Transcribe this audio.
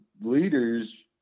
leaders